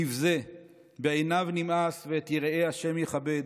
נבזה בעיניו נמאס ואת יראי ה' יכבד,